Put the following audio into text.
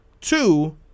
Two